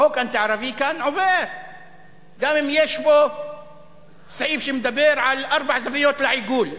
חוק אנטי-ערבי כאן עובר גם אם יש בו סעיף שמדבר על ארבע זוויות לעיגול,